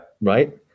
Right